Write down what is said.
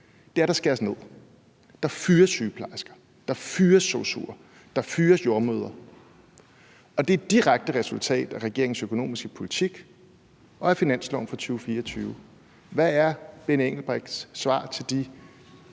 er, at der skæres ned. Der fyres sygeplejersker, der fyres sosu'er, der fyres jordemødre, og det er et direkte resultat af regeringens økonomiske politik og af finansloven for 2024. Hvad er hr. Benny Engelbrechts svar til de